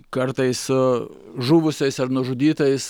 kartais aaa žuvusiais ar nužudytais